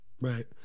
Right